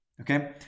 okay